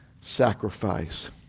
sacrifice